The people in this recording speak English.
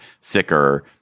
sicker